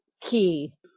key